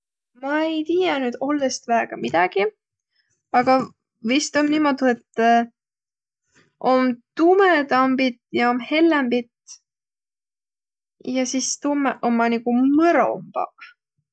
Ma ei tiiäq nüüd ollõst väega midägi, aga vist om niimuudu, et om tumõdambit ja om hellembit ja sis tummõq ommaq nigu mõrombaq.